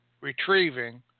Retrieving